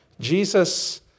Jesus